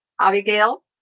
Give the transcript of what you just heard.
Abigail